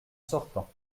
sortant